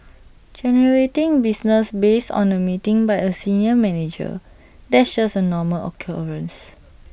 generating business based on A meeting by A senior manager that's just A normal occurrence